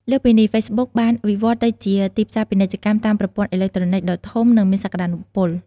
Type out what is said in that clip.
លើសពីនេះ ហ្វេសប៊ុកបានវិវត្តន៍ទៅជា ទីផ្សារពាណិជ្ជកម្មតាមប្រព័ន្ធអេឡិចត្រូនិច ដ៏ធំ និងមានសក្តានុពល។